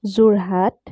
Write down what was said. Jorhat